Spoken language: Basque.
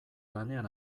lanean